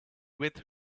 with